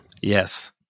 Yes